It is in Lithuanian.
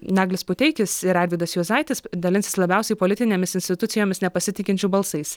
naglis puteikis ir arvydas juozaitis dalinsis labiausiai politinėmis institucijomis nepasitikinčių balsais